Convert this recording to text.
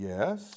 Yes